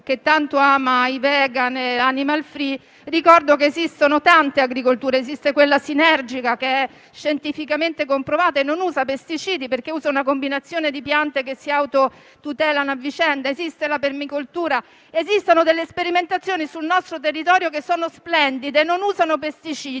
che a parte l'agricoltura biodinamica, esistono tante agricolture. Esiste la sinergica che è scientificamente comprovata e non usa pesticidi perché usa una combinazione di piante che si autotutelano a vicenda. Esiste la permacultura. Esistono delle sperimentazioni sul nostro territorio che sono splendide, non usano pesticidi